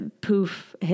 poof